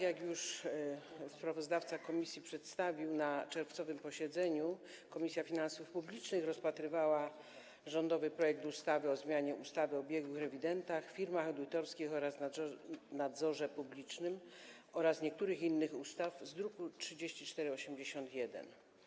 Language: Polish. Jak już sprawozdawca komisji przedstawił, na czerwcowym posiedzeniu Komisja Finansów Publicznych rozpatrywała rządowy projekt ustawy o zmianie ustawy o biegłych rewidentach, firmach audytorskich oraz nadzorze publicznym oraz niektórych innych ustaw, druk nr 3481.